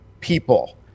people